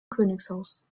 königshaus